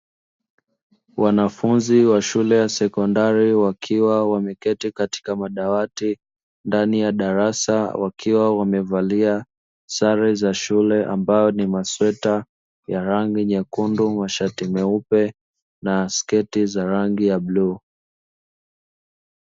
Mwanafunzi wa shule ya sekondari wakiwa wameketi katika madawati ndani ya darasa, wakiwa wamevalia sare za shule ambayo ni masweta ya rangi nyekundu mashati meupe na sketi za rangi ya bluu.